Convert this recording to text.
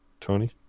Tony